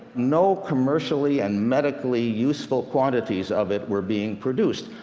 no commercially and medically useful quantities of it were being produced.